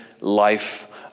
life